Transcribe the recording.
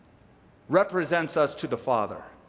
represents us to the father.